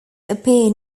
appear